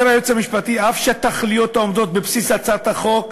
אומר היועץ המשפטי: "אף שהתכליות העומדות בבסיס הצעת החוק,